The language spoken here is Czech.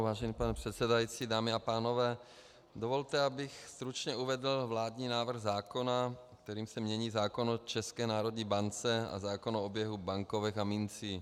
Vážený pane předsedající, dámy a pánové, dovolte, abych stručně uvedl vládní návrh zákona, kterým se mění zákon o České národní bance a zákon o oběhu bankovek a mincí.